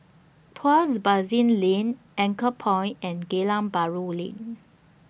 Tuas Basin Lane Anchorpoint and Geylang Bahru Lane